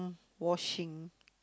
washing